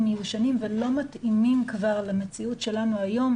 מיושנים ולא מתאימים למציאות שלנו היום,